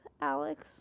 Alex